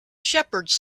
shepherds